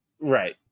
Right